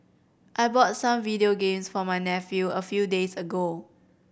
I bought some video games for my nephew a few days ago